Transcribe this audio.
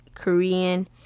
korean